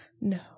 No